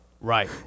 Right